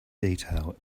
detail